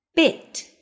Bit